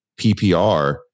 PPR